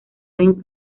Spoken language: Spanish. ring